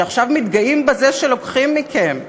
שעכשיו מתגאים בזה שלוקחים מכם,